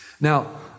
Now